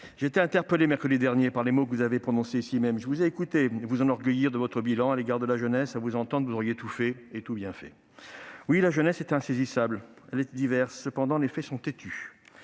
J'étais interpellé mercredi dernier par les mots que vous avez prononcés ici même. Je vous ai écouté vous enorgueillir de votre bilan à l'égard de la jeunesse : à vous entendre, vous auriez tout fait et tout bien fait. Oui, la jeunesse est insaisissable. Elle est diverse. Cependant, les faits sont têtus.